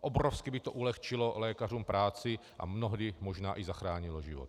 Obrovsky by to ulehčilo lékařům práci a mnohdy možná i zachránilo život.